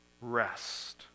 rest